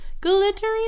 Glittery